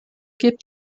gibt